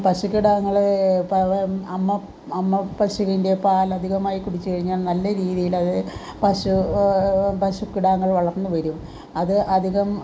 പശുക്കിടാങ്ങളെ പഴ അമ്മ അമ്മ പശുവിൻ്റെ പാൽ അതികമായി കുടിച്ച് കഴിഞ്ഞാൽ നല്ല രീതീൽ അത് പശു പശുക്കിടാങ്ങൾ വളർന്നു വരും അത് അധികം